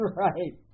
right